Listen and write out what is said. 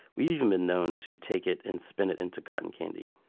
we've even been known to take it and spin it into cotton candy